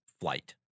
flight